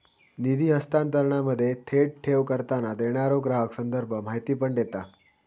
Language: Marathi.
निधी हस्तांतरणामध्ये, थेट ठेव करताना, देणारो ग्राहक संदर्भ माहिती पण देता